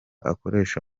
akoresha